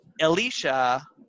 Alicia